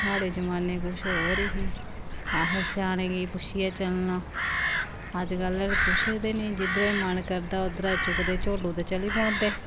साढ़े जमान्ने कुछ होर ही असें स्याने गी पुच्छियै चलना अज्जकल पुछदे निं जिद्धरै गी मन करदा उद्धरा चुकदे चोलो ते चली पौंदे